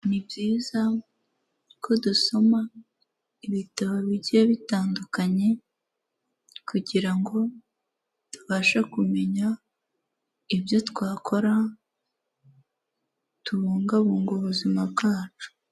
Ni byiza ko dusoma ibitabo bigiye bitandukanye, kugira ngo tubashe kumenya ibyo twakora tubungabunge ubuzima bwacu.